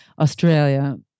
Australia